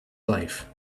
life